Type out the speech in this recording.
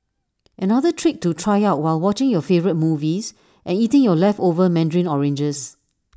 another trick to try out while watching your favourite movies and eating your leftover Mandarin oranges